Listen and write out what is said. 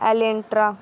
Elantra